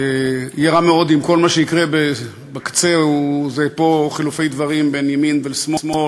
יהיה רע מאוד אם כל מה שיקרה בקצה זה חילופי דברים בין ימין לשמאל,